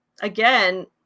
Again